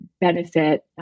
benefit